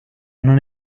non